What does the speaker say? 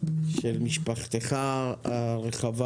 של משפחתך הרחבה,